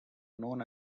known